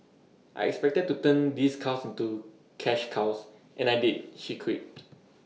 I expected to turn these cows into cash cows and I did she quipped